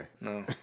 No